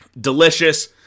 Delicious